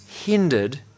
hindered